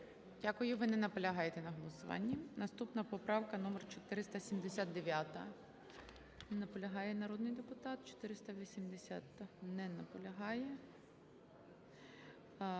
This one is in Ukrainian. Дякую. Ви не наполягаєте на голосуванні. Наступна поправка номер 479. Не наполягає народний депутат. 480-а. Не наполягає.